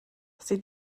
sie